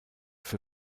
für